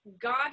God